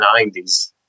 90s